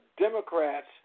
Democrats